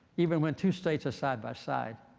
even when two states are side by side.